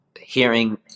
hearing